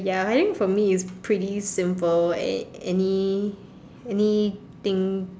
ya I think for me it's pretty simple any any thing